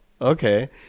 okay